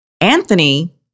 Anthony